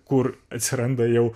kur atsiranda jau